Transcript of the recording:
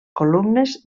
columnes